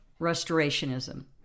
Restorationism